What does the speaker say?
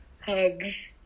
hugs